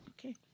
Okay